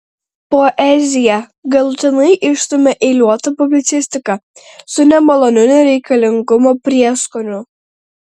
poeziją galutinai išstumia eiliuota publicistika su nemaloniu nereikalingumo prieskoniu